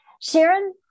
Sharon